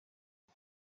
jag